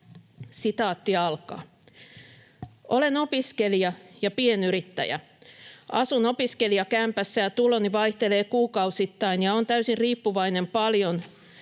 tarinan lisää. ”Olen opiskelija ja pienyrittäjä. Asun opiskelijakämpässä, ja tuloni vaihtelevat kuukausittain, ja olen täysin riippuvainen, paljonko